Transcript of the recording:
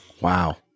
Wow